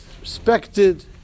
respected